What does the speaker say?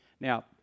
Now